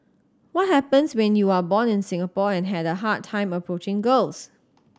what happens when you are born in Singapore and had a hard time approaching girls